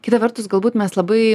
kita vertus galbūt mes labai